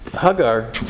Hagar